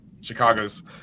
chicago's